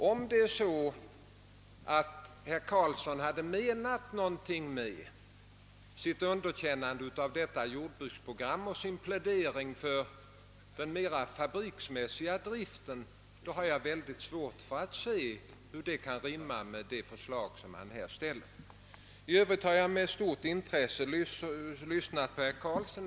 Om herr Karlsson menar något med sitt underkännande av detta jordbruksprogram och sin plädering för den mera fabriksmässiga driften, har jag svårt för att se hur det kan rimma med det förslag han här ställer. I övrigt kan jag säga att jag med stort intresse åhörde herr Karlsson.